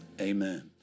amen